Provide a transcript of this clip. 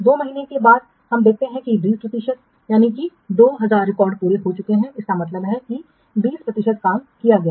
2 महीने कहने के बाद हमने देखा है कि 20 प्रतिशत 2000 रिकॉर्ड पूरे हो चुके हैं इसका मतलब है कि 20 प्रतिशत काम किया गया है